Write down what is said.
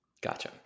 gotcha